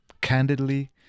candidly